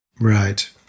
Right